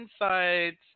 insights